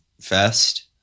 fest